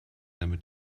damit